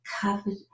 covered